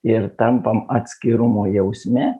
ir tampam atskirumo jausme